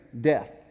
death